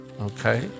Okay